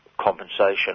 compensation